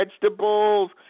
vegetables